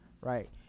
Right